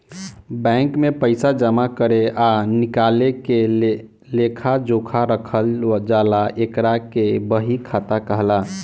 bank में पइसा जामा करे आ निकाले के लेखा जोखा रखल जाला एकरा के बही खाता कहाला